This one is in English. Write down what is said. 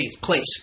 place